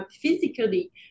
physically